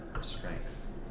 strength